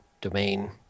domain